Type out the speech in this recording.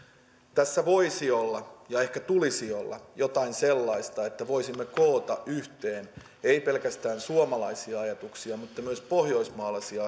tässä voisi olla ja ehkä tulisi olla jotain sellaista että voisimme koota yhteen ei pelkästään suomalaisia ajatuksia vaan myös pohjoismaalaisia